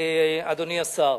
אדוני השר.